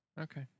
Okay